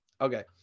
Okay